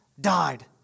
died